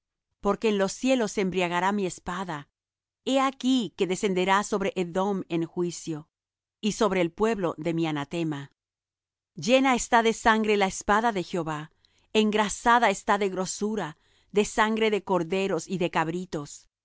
porque en los cielos se embriagará mi espada he aquí que descenderá sobre edom en juicio y sobre el pueblo de mi anatema llena está de sangre la espada de jehová engrasada está de grosura de sangre de corderos y de cabritos